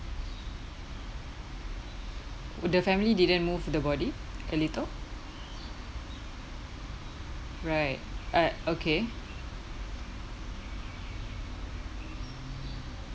the family didn't move the body a little right uh okay